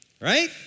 Right